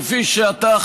כפי שאתה,